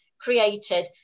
created